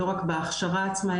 היא לא רק בהכשרה עצמה,